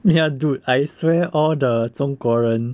ya dude I swear all the 中国人